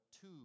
two